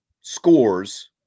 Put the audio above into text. scores